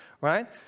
right